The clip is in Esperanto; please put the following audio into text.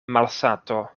malsato